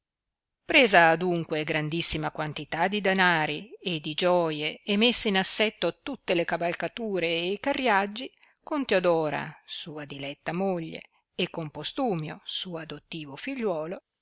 presa adunque grandissima quantità di danari e di gioie e messe in assetto tutte le cavalcature e carriaggi con teodora sua diletta moglie e con postumio suo adottivo figliuolo